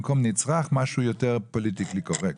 במקום נצרך יהיה משהו יותר פוליטיקלי קורקט.